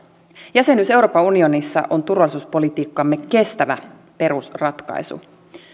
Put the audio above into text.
jäsenyys euroopan unionissa on turvallisuuspolitiikkamme kestävä perusratkaisu